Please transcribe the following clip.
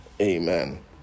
Amen